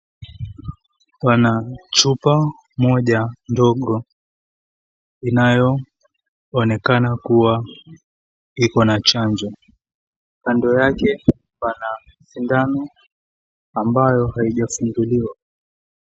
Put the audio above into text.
Pana chupa moja ndogo inayoonekana kuwa iko na chanjo. Kando yake pana sindano ambayo haijafunguliwa.